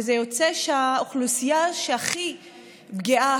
וזה יוצא שהאוכלוסייה שהכי פגיעה,